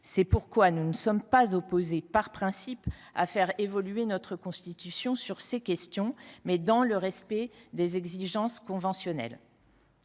C’est pourquoi nous ne sommes pas opposés, par principe, à faire évoluer notre Constitution sur ces questions, mais nous voulons agir dans le respect des exigences conventionnelles.